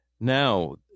Now